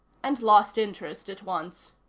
and lost interest at once.